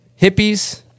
Hippies